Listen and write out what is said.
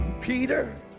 Peter